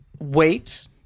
Wait